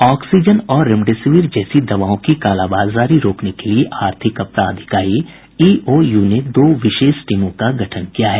oxygen और remdesivir जैसी दवाओं की कालाबाजारी रोकने के लिए आर्थिक अपराध इकाई ईओयू ने दो विशेष टीमों का गठन किया है